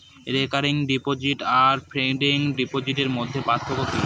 Recurring deposit আর fixed ডিপোজিটের মধ্যে পার্থক্য কি?